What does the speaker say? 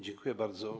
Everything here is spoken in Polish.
Dziękuję bardzo.